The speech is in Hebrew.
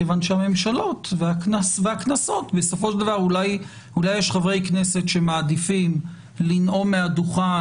מכיוון שאולי יש חברי כנסת שמעדיפים לנאום מהדוכן